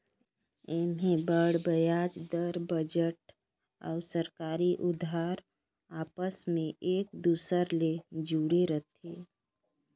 ऐम्हें बांड बियाज दर, बजट अउ सरकारी उधार आपस मे एक दूसर ले जुड़े रथे